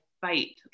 fight